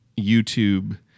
YouTube